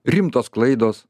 rimtos klaidos